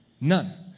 None